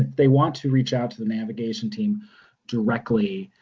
they want to reach out to the navigation team directly,